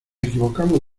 equivocamos